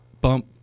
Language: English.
Bump